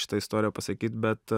šitą istoriją pasakyt bet